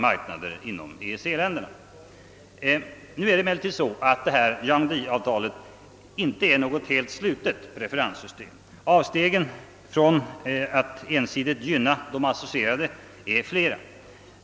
Yaoundé-avtalet är emellertid inte något helt slutet preferenssystem; avstegen från att ensidigt gynna de associerade staterna är flera.